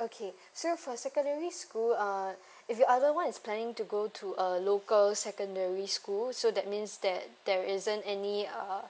okay so for secondary school uh if your elder [one] is planning to go to a local secondary school so that means that there isn't any uh